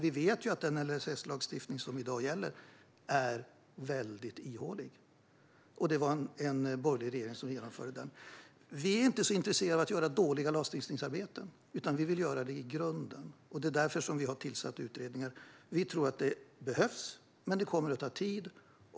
Vi vet dock att den LSS-lagstiftning som i dag gäller är väldigt ihålig, och det var en borgerlig regering som genomförde den. Vi är inte intresserade av att göra dåliga lagstiftningsarbeten, utan vi vill göra det hela grundligt. Det är därför vi har tillsatt utredningar. Vi tror att det behövs, men det kommer att ta tid.